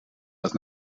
dat